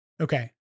Okay